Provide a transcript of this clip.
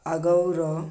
ଆଗଭର